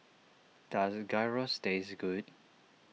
does Gyros taste good